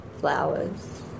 flowers